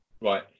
Right